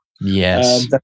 Yes